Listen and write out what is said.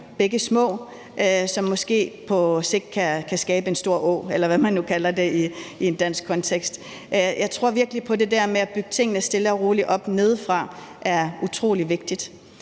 bække små, som måske på sigt kan skabe en stor å, eller hvad man nu kalder det i en dansk kontekst. Jeg tror virkelig på, at det der med at bygge tingene stille og roligt op nedefra, er utrolig vigtigt.